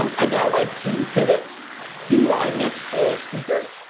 um i'd now like to pivot to our next speaker,